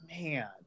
Man